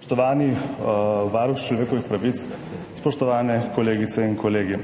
Spoštovani varuh človekovih pravic, spoštovane kolegice in kolegi!